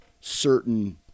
certain